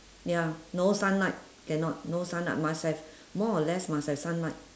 ya no sunlight cannot no sunlight must have more or less must have sunlight